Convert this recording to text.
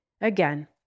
Again